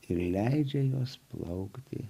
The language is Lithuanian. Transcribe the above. ir leidžia juos plaukti